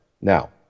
Now